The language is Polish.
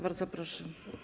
Bardzo proszę.